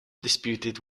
disputed